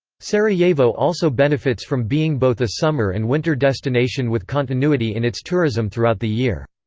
sarajevo also benefits from being both a summer and winter destination with continuity in its tourism throughout the year.